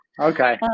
Okay